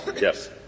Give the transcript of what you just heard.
yes